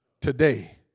today